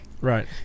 right